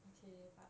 okay but